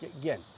again